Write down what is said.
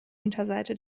unterseite